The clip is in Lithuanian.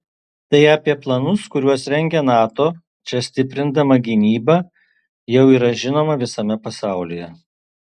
tai apie planus kuriuos rengia nato čia stiprindama gynybą jau yra žinoma visame pasaulyje